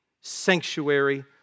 sanctuary